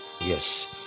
yes